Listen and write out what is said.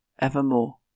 evermore